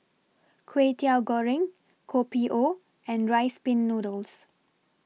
Kway Teow Goreng Kopi O and Rice Pin Noodles